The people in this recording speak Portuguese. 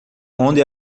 onde